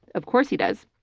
of course, he does.